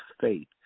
faith